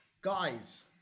Guys